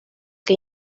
que